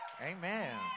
Amen